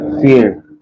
fear